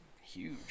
huge